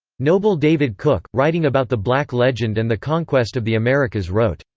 noble david cook, writing about the black legend and the conquest of the americas wrote,